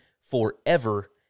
forever